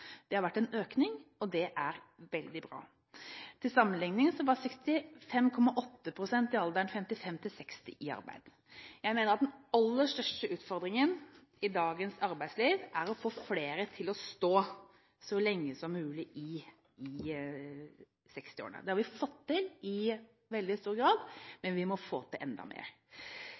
Det har vært en økning, og det er veldig bra. Til sammenligning var 65,8 pst. i alderen 55–60 år i arbeid. Jeg mener at den aller største utfordringen i dagens arbeidsliv er å få flere i 60-årene til å stå så lenge som mulig. Det har vi fått til i veldig stor grad, men vi må få til enda mer.